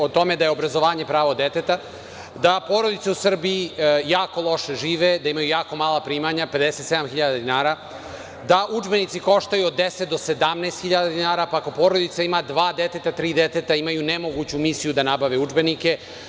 O tome da je obrazovanje pravo deteta, da porodice u Srbiji jako loše žive, da imaju jako mala primanja, 57.000 dinara, da udžbenici koštaju od 10.000 do 17.000 dinara, pa ako porodica ima dva deteta, tri deteta, imaju nemoguću misiju da nabave udžbenike.